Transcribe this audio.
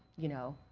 you know,